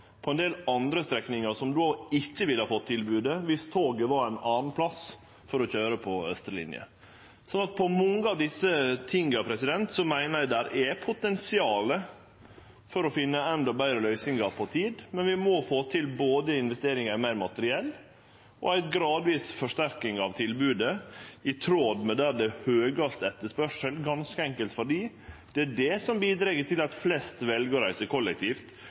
på ein del andre strekningar som då ikkje ville ha fått tilbodet viss toget var ein annan plass for å køyre på austre linje. Så når det gjeld mange av desse tinga, meiner eg at det er potensial for å finne endå betre løysingar over tid. Men vi må både få til investeringar i meir materiell og ei gradvis forsterking av tilbodet i tråd med kor det er høgast etterspurnad, ganske enkelt fordi det er det som bidreg til at flest vel å reise kollektivt